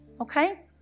okay